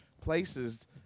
places